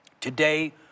Today